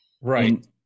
right